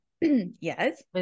yes